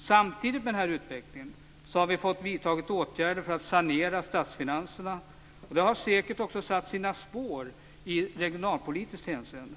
Samtidigt med den här utvecklingen har vi fått vidta åtgärder för att sanera statsfinanserna, och detta har säkert också satt sina spår i regionalpolitiskt hänseende.